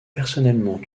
personnellement